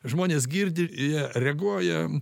žmonės girdi jie reaguoja